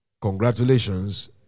Congratulations